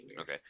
okay